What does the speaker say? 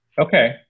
Okay